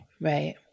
Right